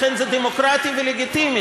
לכן זה דמוקרטי ולגיטימי.